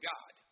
God